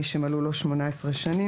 מי שמלאו לו 18 שנים.